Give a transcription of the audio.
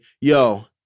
Yo